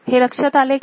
हे लक्षात आले का